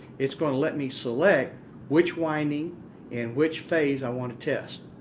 it's going to let me select which winding and which phase i want to test.